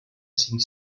cinc